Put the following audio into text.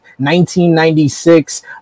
1996